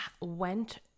went